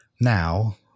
now